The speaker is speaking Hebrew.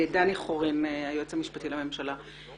דני חורין, היועץ המשפטי לממשלה.